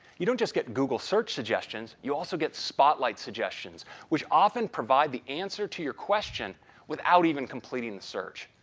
you don't just get google search suggestions, you also get spotlight suggestions which often provide the answer to your question without even completing the search,